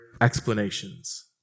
explanations